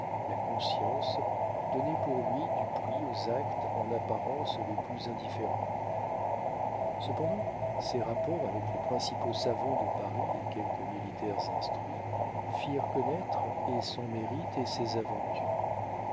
la conscience donnait pour lui du prix aux actes en apparence les plus indifférents cependant ses rapports avec les principaux savants de paris et quelques militaires instruits firent connaître et son mérite et ses aventures